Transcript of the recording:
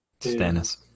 Stannis